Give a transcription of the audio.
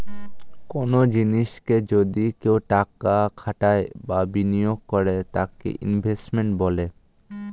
কনো জিনিসে যদি কেউ টাকা খাটায় বা বিনিয়োগ করে তাকে ইনভেস্টমেন্ট বলে